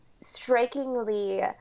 strikingly